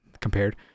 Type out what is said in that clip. compared